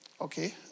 Okay